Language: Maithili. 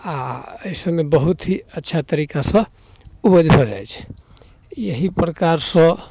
आओर एहिसबमे बहुत ही अच्छा तरीकासँ उपज भऽ जाइ छै इएह प्रकारसँ